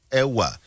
ewa